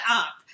up